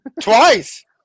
twice